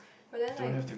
but then like